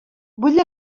vull